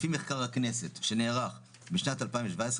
לפי מחקר הכנסת שנערך בשנת 2017,